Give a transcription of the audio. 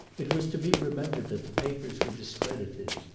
it was to be remembered that the papers were discredited,